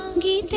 gay